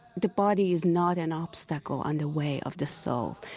the body is not an obstacle on the way of the soul.